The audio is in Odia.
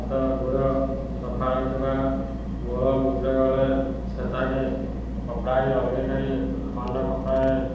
ହାତ ଗୋଡ଼ ସଫା ରଖିବା ମୂତ୍ର ଗଲେ ତାହାକୁ କପଡ଼ାରେ ଅଲଗା କରି ଅନ୍ୟ କପଡ଼ାରେ